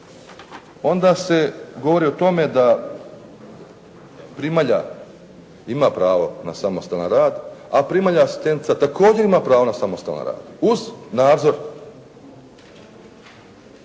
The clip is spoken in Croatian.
onda se govori o tome da primalja ima pravo na samostalan rad, a primalja asistentica također ima pravo na samostalan rad uz nadzor